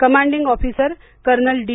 commanding officer colonel D